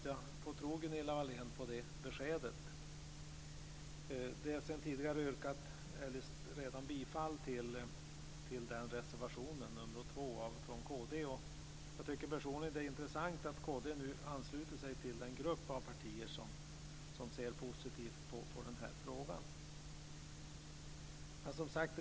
Jag får tro på det beskedet från Gunilla Wahlén. Det har redan yrkats bifall till kd:s reservation nr 2. Jag tycker personligen att det är intressant att kd nu ansluter sig till den grupp av partier som ser positivt på den här frågan.